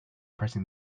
pressing